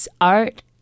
art